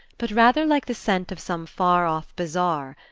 but rather like the scent of some far-off bazaar,